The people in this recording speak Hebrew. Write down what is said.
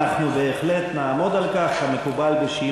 אני מבקשת שתעמוד על כך.